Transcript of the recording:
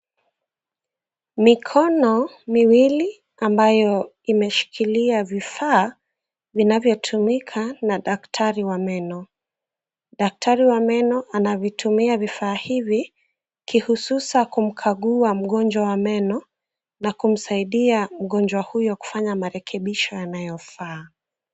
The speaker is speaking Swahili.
Mikono miwili ambayo imeshikilia vifaa vinavyotumika na daktari wa meno. Daktari wa meno anavitumia vifaa hivi kihususa kumkagua mgonjwa wa meno na kumsaidia mgonjwa huyo kufanya marekebisho yanayofaa.